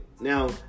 Now